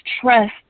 trust